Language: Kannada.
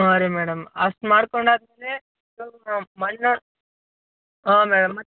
ಹಾಂ ರೀ ಮೇಡಮ್ ಅಷ್ಟು ಮಾಡ್ಕೊಂಡು ಆದ್ಮೇಲೆ ಸ್ವಲ್ಪ್ ಮಣ್ಣು ಹಾಂ ಮೇಡಮ್